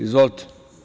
Izvolite.